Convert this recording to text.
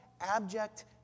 abject